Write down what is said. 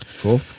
Cool